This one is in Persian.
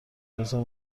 بزار